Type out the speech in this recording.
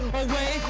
away